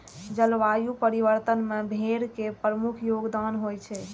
जलवायु परिवर्तन मे भेड़ के प्रमुख योगदान होइ छै